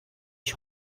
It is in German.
ich